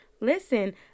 Listen